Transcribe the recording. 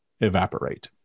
evaporate